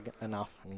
Enough